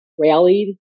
rallied